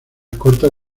corta